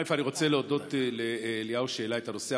אני רוצה להודות לאליהו על שהעלה את הנושא,